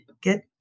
get